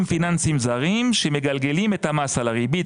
פיננסיים זרים שמגלגלים את המס על הריבית,